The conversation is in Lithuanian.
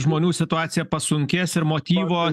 žmonių situacija pasunkės ir motyvo